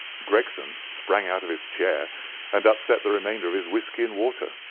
gregson sprang out of his chair and upset the remainder of his whiskey and water.